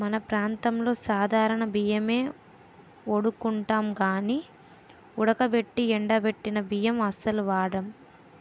మన ప్రాంతంలో సాధారణ బియ్యమే ఒండుకుంటాం గానీ ఉడకబెట్టి ఎండబెట్టిన బియ్యం అస్సలు వాడం